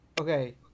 Okay